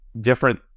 different